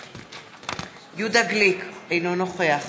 נגד יהודה גליק, אינו נוכח